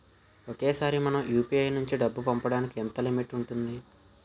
ఒకేసారి మనం యు.పి.ఐ నుంచి డబ్బు పంపడానికి ఎంత లిమిట్ ఉంటుంది?